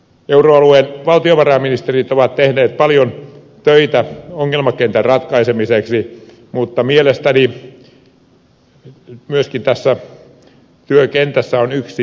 euroalueen valtiovarainministerit ovat tehneet paljon töitä ongelmakentän ratkaisemiseksi mutta mielestäni myöskin tässä työkentässä on yksi miina